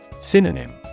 Synonym